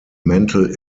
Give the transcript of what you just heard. mental